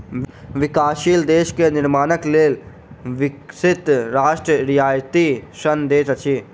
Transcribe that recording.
विकासशील देश के निर्माणक लेल विकसित राष्ट्र रियायती ऋण दैत अछि